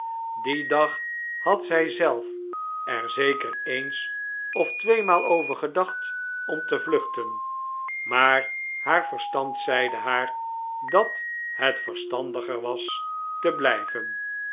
dien dag had zijzelf er zeker eens of tweemaal over gedacht om te vluchten maar haar verstand zeide haar dat het verstandiger was te blijven